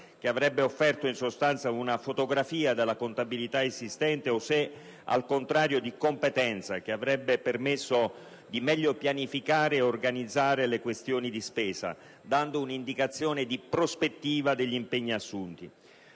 cassa avrebbe offerto in sostanza una fotografia della contabilità esistente, se al contrario di competenza avrebbe permesso di meglio pianificare e organizzare le questioni di spesa, dando un'indicazione di prospettiva degli impegni assunti.